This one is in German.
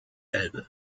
elbe